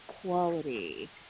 quality